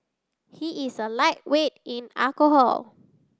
he is a lightweight in alcohol